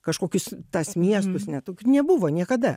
kažkokius tas miestus ne tok nebuvo niekada